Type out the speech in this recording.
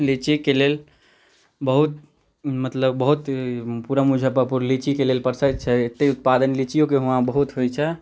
लीचीके लेल बहुत मतलब बहुत पूरा मुजफ्फरपुर लीचीके लेल प्रसिद्ध छै एतऽ उत्पादन लीचियोके यहाँ बहुत होइत छै